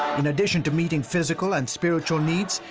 in addition to meeting physical and spiritual needs,